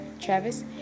Travis